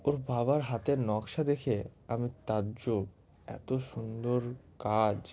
ওর বাবার হাতের নকশা দেখে আমি তাজ্জব এত সুন্দর কাজ